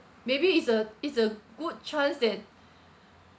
maybe it's a it's a good chance that